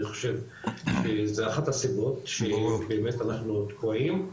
אני חושב שזו אחת הסיבות שבאמת אנחנו תקועים,